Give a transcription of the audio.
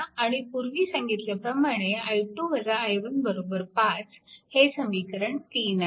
आणि पूर्वी सांगितल्याप्रमाणे i2 i1 5 हे समीकरण 3 आहे